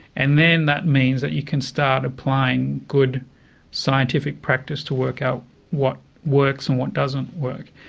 and then that means that you can start applying good scientific practice to work out what works and what doesn't work.